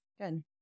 Good